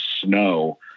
snow